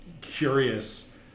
curious